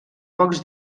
pocs